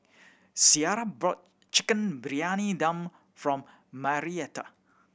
Ciera bought Chicken Briyani Dum from Marietta